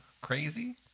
crazy